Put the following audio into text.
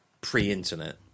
pre-internet